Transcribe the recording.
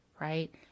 right